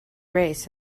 race